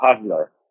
puzzler